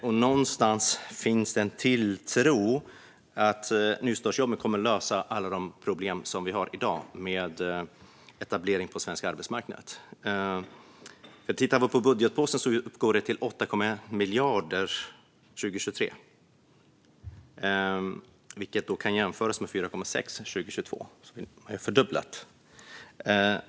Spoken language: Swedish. Det verkar finns en tilltro till att nystartsjobben kommer att lösa alla dagens problem med etablering på arbetsmarknaden. Budgetpåsen är på 8,1 miljard 2023, vilket kan jämföras med 4,6 miljarder 2022. Det är alltså en fördubbling.